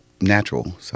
natural